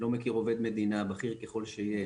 לא מכיר עובד מדינה, בכיר ככל שיהיה,